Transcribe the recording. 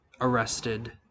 arrested